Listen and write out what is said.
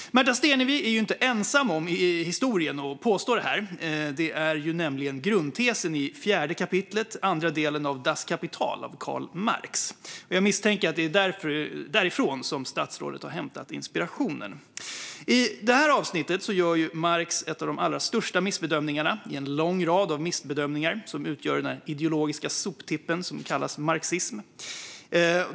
Märta Stenevi är inte ensam i historien om att påstå det här. Det är nämligen grundtesen i det fjärde kapitlet, andra delen, i Das Kapital av Karl Marx. Jag misstänker att det är därifrån statsrådet har hämtat inspiration. I det avsnittet gör Marx en av de allra största missbedömningarna i den långa rad av missbedömningar som utgör den ideologiska soptipp som kallas marxism.